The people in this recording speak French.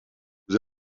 nous